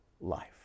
life